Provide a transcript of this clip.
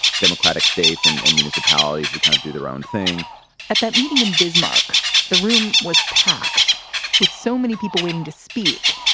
democratic states and and municipalities would kind of do their own thing at that meeting in bismarck the room was packed with so many people waiting to speak,